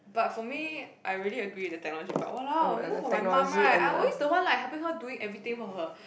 but for me I really agree with the technology part !walao! you know for my mum right I always the one like helping her doing everything for her